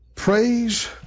Praise